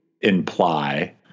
imply